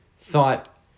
thought